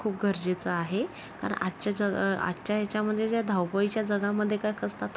खूप गरजेचं आहे कारण आजच्या जग आजच्या ह्याच्यामध्ये ज्या धावपळीच्या जगामध्ये काय कसतात